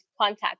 contact